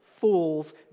fools